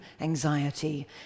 anxiety